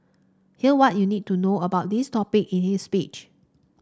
here what you need to know about these topic in his speech